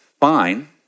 fine